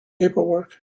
paperwork